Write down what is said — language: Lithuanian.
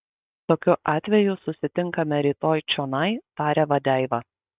tokiu atveju susitinkame rytoj čionai tarė vadeiva